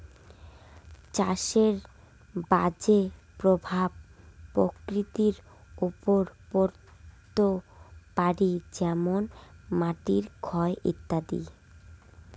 চাষের বাজে প্রভাব প্রকৃতির ওপর পড়ত পারি যেমন মাটির ক্ষয় ইত্যাদি